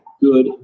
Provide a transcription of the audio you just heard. good